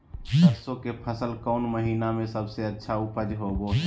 सरसों के फसल कौन महीना में सबसे अच्छा उपज होबो हय?